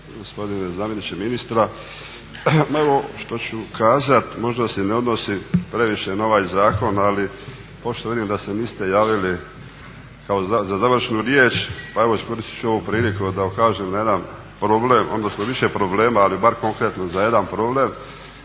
gospodine zamjeniče ministra. Ma evo što ću kazat možda se i ne odnosi previše na ovaj zakon ali pošto vidim da se niste javili kao za završnu riječ pa evo iskoristit ću ovu priliku da ukažem na jedan problem, odnosno više problema ali bar konkretno za jedan problem.